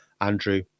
Andrew